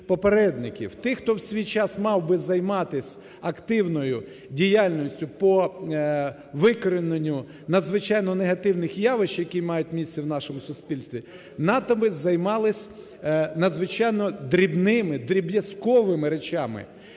Тих, хто в свій час мав би займатись активною діяльністю по викорененню надзвичайно негативних явищ, які мають місце в нашому суспільстві, натомість займались надзвичайно дрібними, дріб'язковими речами.